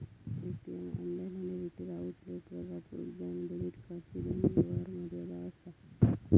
ATM, online आणि retail आउटलेटवर वापरूक बँक डेबिट कार्डची दैनिक व्यवहार मर्यादा असा